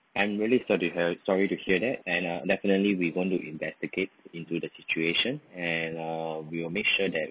I'm really sorry to hear that and uh definitely we going to investigate into the situation and uh we will make sure that